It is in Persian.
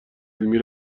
علمی